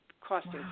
costing